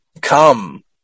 come